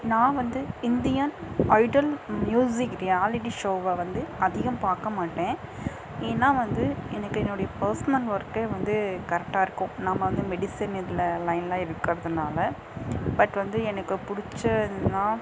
நான் வந்து Indian Idol music reality ஷோவை வந்து அதிகம் பார்க்கமாட்டேன் ஏன்னால் வந்து எனக்கு என்னோடைய பர்ஸ்னல் ஒர்க்கே வந்து கரெக்டாக இருக்கும் நம்ம வந்து மெடிஷன் இதில் லைனில் இருக்கிறதுனால பட் வந்து எனக்கு பிடிச்சதுனா